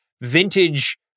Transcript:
vintage